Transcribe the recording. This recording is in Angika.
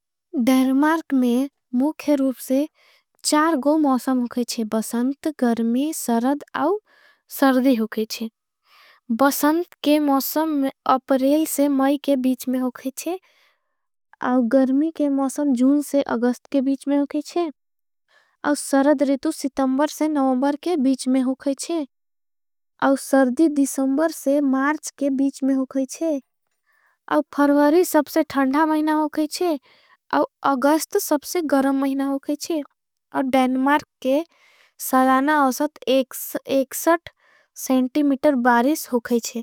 डैन्मार्क में मुख्यरूप से चार गो मौसम होगे शे बसंत। गर्मी सरद और सरदी होगे शे बसंत के मौसम अपरेल। से माय के बीच में होगे शे गर्मी के मौसम जून से अगस्त। के बीच में होगे शे और सरद रितू सितंबर से नवंबर के। बीच में होगे शे और सरदी दिसंबर से मार्च के बीच में। होगे शे और फर्वारी सबसे थंदा महिना होगे शे और। अगस्त सबसे गर्म महिना होगे शे और डैन्मार्क के। सलाना अवसत संटिमीटर बारिस होगे शे।